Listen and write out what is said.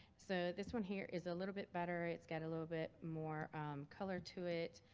so, this one here is a little bit better. it's got a little bit more color to it,